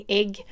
ägg